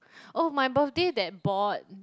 oh my birthday that board